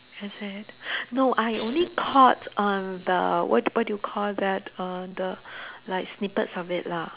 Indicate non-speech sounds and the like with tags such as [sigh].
is it [breath] no I only caught um the what what do you called that err the like snippets of it lah